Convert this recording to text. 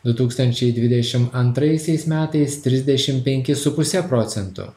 du tūkstančiai dvidešim antraisiais metais trisdešim penki su puse procentų